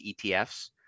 ETFs